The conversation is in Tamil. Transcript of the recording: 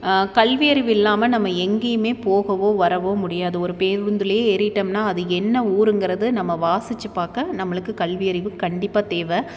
கல்வியறிவு இல்லாமல் நம்ம எங்கேயுமே போகவோ வரவோ முடியாது ஒரு பேருந்திலே ஏறிவிட்டோம்னா அது என்ன ஊருங்கிறதை நம்ம வாசித்து பார்க்க நம்மளுக்கு கல்வியறிவு கண்டிப்பாக தேவை